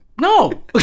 No